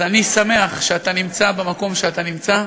אז אני שמח שאתה נמצא במקום שאתה נמצא.